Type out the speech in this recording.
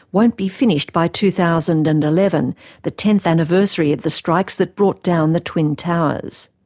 won't be finished by two thousand and eleven, the tenth anniversary of the strikes that brought down the twin towers.